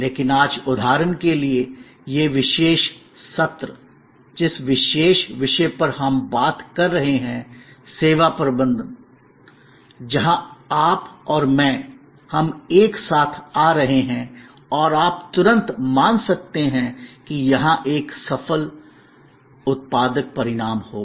लेकिन आज उदाहरण के लिए यह विशेष सत्र जिस विशेष विषय पर हम बात कर रहे हैं सेवा प्रबंधन जहां आप और मैं हम एक साथ आ रहे हैं और आप तुरंत मान सकते है कि यहां एक सफल उत्पादक परिणाम होगा